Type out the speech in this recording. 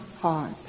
heart